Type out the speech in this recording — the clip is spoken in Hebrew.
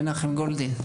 מנחם גולדין,